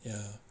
ya